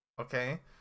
okay